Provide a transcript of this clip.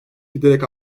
giderek